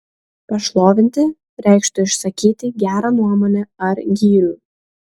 pašlovinti reikštų išsakyti gerą nuomonę ar gyrių